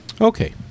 Okay